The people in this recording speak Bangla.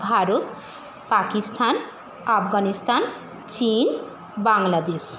ভারত পাকিস্থান আফগানিস্তান বাংলাদেশ